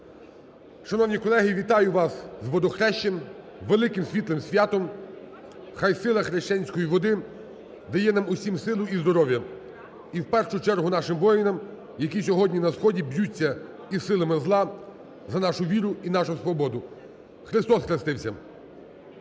Шановні колеги! Вітаю вас з Водохрещем – великим світлим святом! Хай сила хрещенської води дає нам усім силу і здоров'я! І в першу чергу нашим воїнам, які сьогодні на сході б'ються із силами зла за нашу віру і нашу свободу! Христос хрестився!